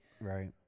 Right